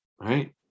right